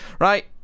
Right